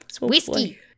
Whiskey